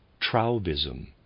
Traubism